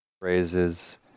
phrases